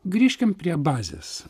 grįžkim prie bazės